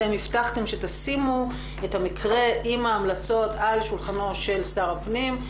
אתם הבטחתם שתשימו את המקרה עם ההמלצות על שולחנו של שר הפנים,